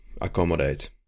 accommodate